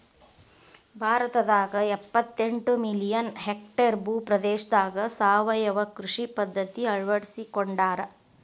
ಭಾರತದಾಗ ಎಪ್ಪತೆಂಟ million hectare ಭೂ ಪ್ರದೇಶದಾಗ ಸಾವಯವ ಕೃಷಿ ಪದ್ಧತಿ ಅಳ್ವಡಿಸಿಕೊಂಡಾರ